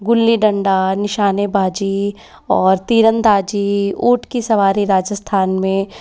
गुल्ली डंडा निशानेबाजी और तीरअंदाजी ऊँट की सवारी राजस्थान में